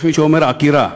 יש מי שאומר "עקירה"